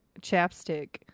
chapstick